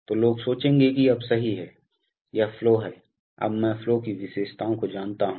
तो लोग सोचेंगे कि अब सही है यह फ्लो है अब मैं फ्लो की विशेषताओं को जानता हूं